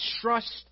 trust